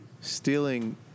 stealing